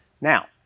Now